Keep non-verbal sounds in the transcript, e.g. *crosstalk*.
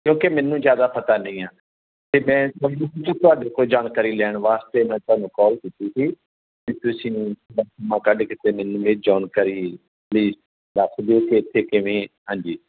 ਕਿਉਕਿ ਮੈਨੂੰ ਜ਼ਿਆਦਾ ਪਤਾ ਨਹੀਂ ਆ ਅਤੇ ਮੈਂ *unintelligible* ਤੁਹਾਡੇ ਕੋਲੋਂ ਜਾਣਕਾਰੀ ਲੈਣ ਵਾਸਤੇ ਮੈਂ ਤੁਹਾਨੂੰ ਕਾਲ ਕੀਤੀ ਸੀ ਕਿ ਤੁਸੀਂ ਮੈਨੂੰ *unintelligible* ਜਾਣਕਾਰੀ ਪਲੀਜ਼ ਦੱਸ ਦਿਓ ਕਿ ਇੱਥੇ ਕਿਵੇਂ ਹਾਂਜੀ